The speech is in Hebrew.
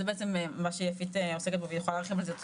שזה בעצם מה שיפית עוסקת בו והיא יכולה להרחיב על זה יותר